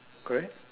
correct